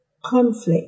conflict